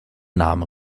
namen